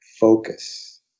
focus